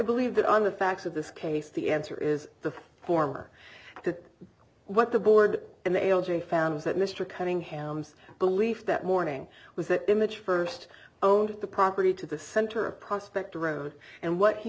believe that on the facts of this case the answer is the former that what the board and the algae found was that mr cunningham's belief that morning was that image first owned the property to the center of prospect around and what he